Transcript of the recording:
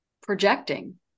projecting